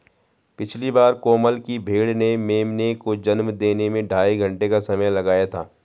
पिछली बार कोमल की भेड़ ने मेमने को जन्म देने में ढाई घंटे का समय लगाया था